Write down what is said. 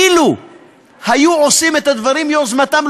אילו היו עושים את הדברים מיוזמתם,